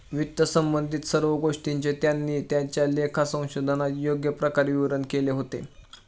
वित्तसंबंधित सर्व गोष्टींचे त्यांनी त्यांच्या लेखा संशोधनात योग्य प्रकारे विवरण केले होते